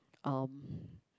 um